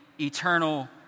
eternal